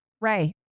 ray